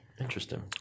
Interesting